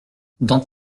dans